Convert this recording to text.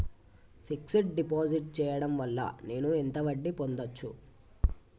Fix డ్ deposit చేయటం వల్ల నేను ఎంత వడ్డీ పొందచ్చు?